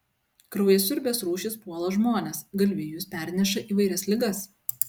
kraujasiurbės rūšys puola žmones galvijus perneša įvairias ligas